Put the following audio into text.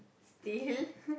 steal